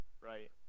right